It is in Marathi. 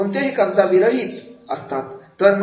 कोणत्याही कागदा विरहित असतात